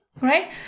right